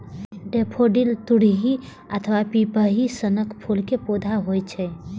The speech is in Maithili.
डेफोडिल तुरही अथवा पिपही सनक फूल के पौधा होइ छै